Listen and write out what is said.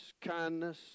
kindness